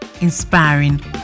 inspiring